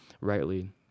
rightly